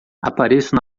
apareço